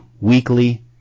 weekly